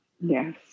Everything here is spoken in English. Yes